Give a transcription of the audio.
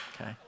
okay